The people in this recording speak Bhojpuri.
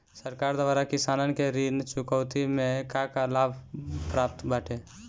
सरकार द्वारा किसानन के ऋण चुकौती में का का लाभ प्राप्त बाटे?